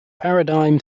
paradigm